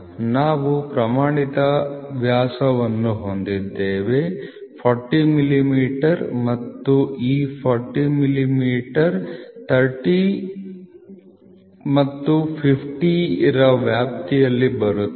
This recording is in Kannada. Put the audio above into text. ನಾವು ಪ್ರಮಾಣಿತ ವ್ಯಾಸವನ್ನು ಹೊಂದಿದ್ದೇವೆ 40 ಮಿಲಿಮೀಟರ್ ಮತ್ತು ಈ 40 ಮಿಲಿಮೀಟರ್ 30 ರಿಂದ 50 ರ ವ್ಯಾಪ್ತಿಯಲ್ಲಿ ಬರುತ್ತದೆ